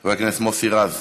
חבר הכנסת מוסי רז,